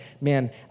man